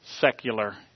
secular